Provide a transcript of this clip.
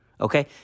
okay